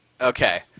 Okay